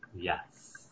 Yes